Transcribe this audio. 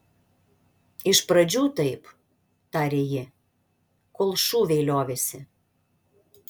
iš pradžių taip tarė ji kol šūviai liovėsi